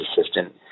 assistant